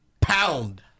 Pound